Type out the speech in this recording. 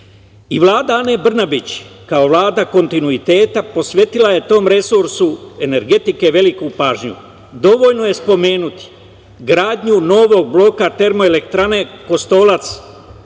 Vlada Ane Brnabić, kao Vlada kontinuiteta, posvetila je tom resursu energetike veliku pažnju. Dovoljno je spomenuti gradnju novog bloka termoelektrane Kostolac